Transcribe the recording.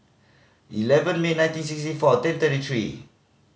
eleven May nineteen sixty four ten thirty three